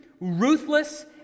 ruthless